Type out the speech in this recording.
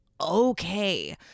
Okay